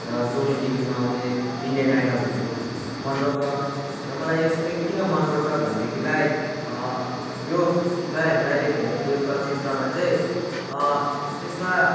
र सोनी टिभीमा आउने इन्डियन आईडलहरू मन पर्छ र मलाई यस चाहिँ किन मन पर्छ भनेदेखिलाई यो दयाहाङ राईले खेलेको चलचित्रमा चाहिँ त्यसमा